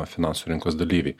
finansų rinkos dalyviai